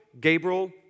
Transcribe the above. Gabriel